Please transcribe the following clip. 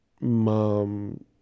mom